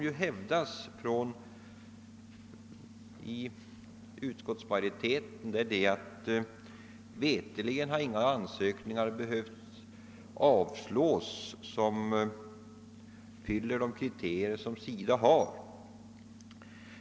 Utskottsmajoriteten hävdar att inga ansökningar veterligen har behövts avslås, om de har fyllt de kriterier som SIDA uppställer.